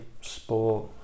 sport